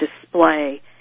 display